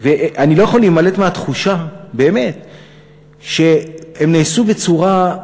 ואני לא יכול להימלט מהתחושה שהם באמת נעשו בצורה,